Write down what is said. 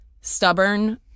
stubborn